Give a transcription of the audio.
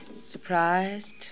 Surprised